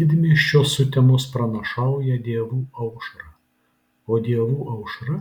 didmiesčio sutemos pranašauja dievų aušrą o dievų aušra